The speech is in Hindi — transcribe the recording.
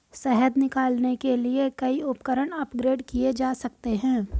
शहद निकालने के लिए कई उपकरण अपग्रेड किए जा सकते हैं